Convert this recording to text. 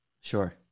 Sure